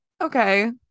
okay